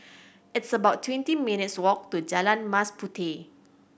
it's about twenty minutes' walk to Jalan Mas Puteh